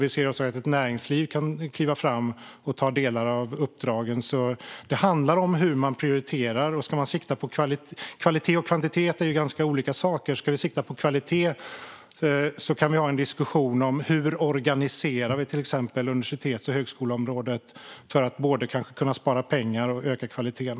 Vi ser också att näringslivet kan kliva fram och ta delar av uppdragen. Det handlar om hur man prioriterar. Kvalitet och kvantitet är ganska olika saker. Ska vi sikta på kvalitet kan vi ha en diskussion om hur vi till exempel organiserar universitets och högskoleområdet för att kunna spara pengar och samtidigt öka kvaliteten.